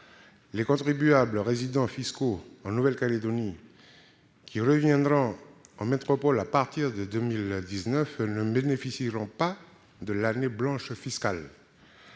Les contribuables résidents fiscaux en Nouvelle-Calédonie qui reviendront en métropole à partir de 2019 ne bénéficieront pas de l'année blanche fiscale.